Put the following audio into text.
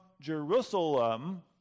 Jerusalem